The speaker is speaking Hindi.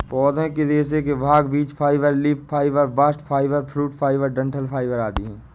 पौधे के रेशे के भाग बीज fibre, leaf fibre, bast fibre, fruit fibre, डंठल फाइबर आदि है